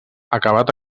acabat